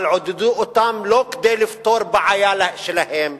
אבל עודדו אותם לא כדי לפתור בעיה שלהם,